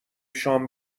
شام